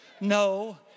No